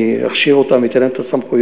אני אכשיר אותם ואתן להם את הסמכויות.